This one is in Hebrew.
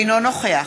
אינו נוכח